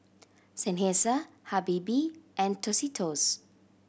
Seinheiser Habibie and Tostitos